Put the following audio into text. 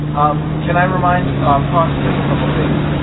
um can i remind our party of a couple things?